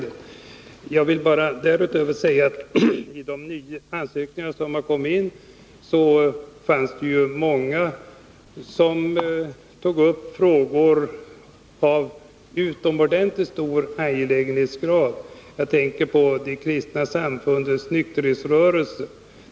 Därutöver vill jag säga att i de ansökningar som kommit in fanns många där det togs upp utomordentligt angelägna frågor; jag tänker på de kristna samfundens nykterhetsrörelse.